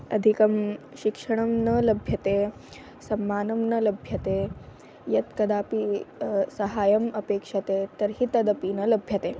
अधिकं शिक्षणं न लभ्यते सम्मानः न लभ्यते यत् कदापि सहाय्यम् अपेक्षते तर्हि तदपि न लभ्यते